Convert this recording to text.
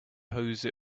whose